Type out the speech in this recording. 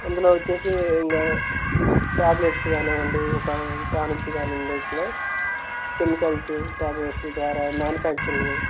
అందులో వచ్చి ఇంకా ట్యాబ్లెట్స్ కానివ్వండి ఒక టానిక్స్ కానివ్వండి ఇట్ల కెమికల్సు ట్యాబ్లెట్సు ద్వారా మ్యానుఫ్యాక్చరింగు